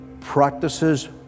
practices